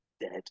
dead